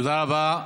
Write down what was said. תודה רבה.